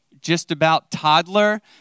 just-about-toddler